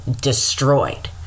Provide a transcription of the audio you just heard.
destroyed